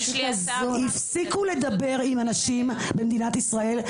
הפסיקו לדבר עם אנשים במדינת ישראל,